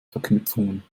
verknüpfungen